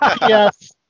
Yes